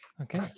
Okay